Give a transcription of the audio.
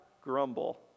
grumble